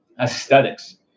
Aesthetics